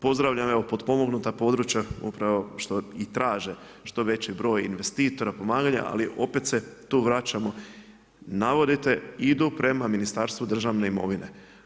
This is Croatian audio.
Pozdravljam evo potpomognuta područja upravo što i traže što veći broj investitora, pomaganja ali opet se tu vraćamo navodite idu prema Ministarstvu državne imovine.